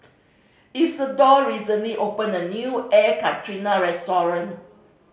Isidore recently opened a new Air Karthira restaurant